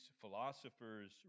philosophers